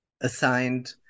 assigned